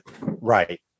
Right